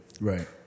right